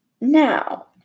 now